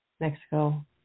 Mexico